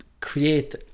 create